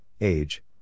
age